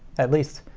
at least,